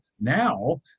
now